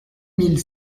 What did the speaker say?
mille